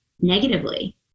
negatively